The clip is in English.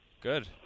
Good